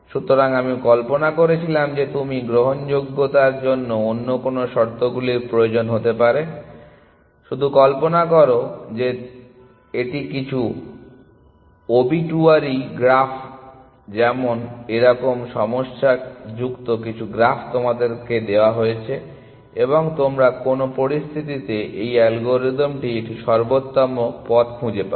সুতরাং আমি কল্পনা করেছিলাম যে তুমি গ্রহণযোগ্যতার জন্য অন্য কোন শর্তগুলির প্রয়োজন হতে পারে শুধু কল্পনা করো যে এটি কিছু ওবিটুয়ারী গ্রাফ যেমন এরকম সমস্যা যুক্ত কিছু গ্রাফ তোমাদের দেওয়া হয়েছে এবং তোমরা কোন পরিস্থিতিতে এই অ্যালগরিদমটি একটি সর্বোত্তম পথ খুঁজে পাবে